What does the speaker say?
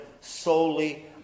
solely